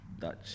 Dutch